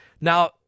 Now